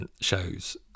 shows